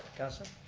councilor.